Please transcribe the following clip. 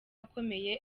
akomeye